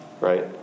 right